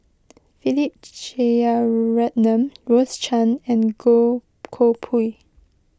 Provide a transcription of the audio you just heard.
Philip Jeyaretnam Rose Chan and Goh Koh Pui